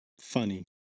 funny